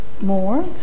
more